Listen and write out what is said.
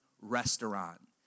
restaurant